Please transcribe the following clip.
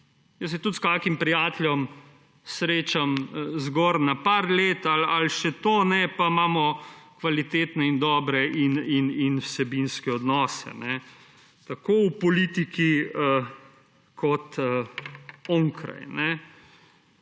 Jaz se tudi s kakšnim prijateljem srečam zgolj na nekaj let ali še to ne, pa imamo kvalitetne in dobre in vsebinske odnose. Tako v politiki kot onkraj.